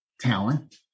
talent